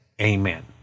Amen